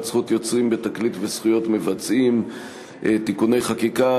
זכות יוצרים בתקליט וזכויות מבצעים (תיקוני חקיקה),